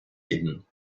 hidden